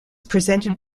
presented